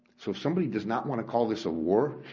so if somebody does not want to call this a war,